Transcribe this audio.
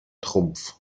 trumpf